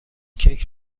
کیک